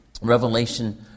Revelation